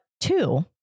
two